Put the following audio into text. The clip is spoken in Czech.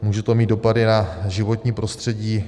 Může to mít dopady na životní prostředí.